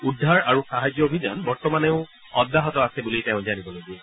উদ্ধাৰ আৰু সাহায্য অভিযান বৰ্তমানেও অব্যাহত আছে বুলি তেওঁ জানিবলৈ দিয়ে